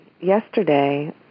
yesterday